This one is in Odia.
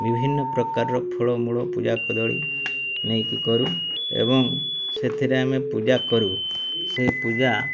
ବିଭିନ୍ନ ପ୍ରକାରର ଫଳମୂଳ ପୂଜା କଦଳୀ ନେଇକି କରୁ ଏବଂ ସେଥିରେ ଆମେ ପୂଜା କରୁ ସେଇ ପୂଜା